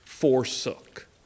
forsook